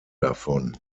davon